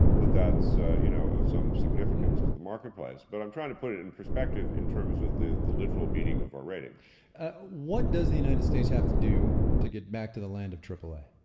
that that's ah you know of some significance to the marketplace. but i'm trying to put it in perspective in terms of the the literal meaning of our rating what does the united states have to do to get back to the land of aaa?